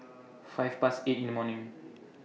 five Past eight in The morning